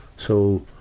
so,